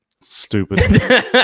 Stupid